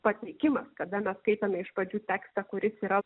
pateikimas kada mes skaitome iš pradžių tekstą kuris yra